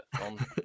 on